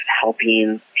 helping